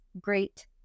great